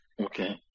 Okay